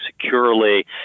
securely